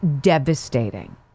devastating